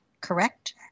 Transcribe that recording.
Correct